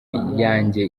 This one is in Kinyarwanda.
yanjye